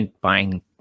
buying